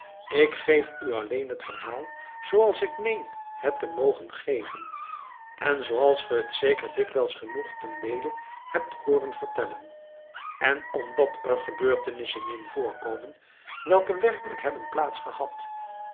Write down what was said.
ik geef u alleen het verhaal zooals ik meen het te mogen geven en zooals ge het zeker dikwijls genoeg tendeele hebt hooren vertellen en omdat er gebeurtenissen in voorkomen welke werkelijk hebben